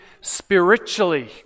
spiritually